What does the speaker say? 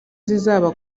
zizaba